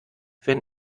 wenn